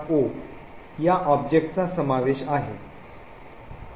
o या ऑब्जेक्टचा समावेश आहे